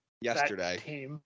yesterday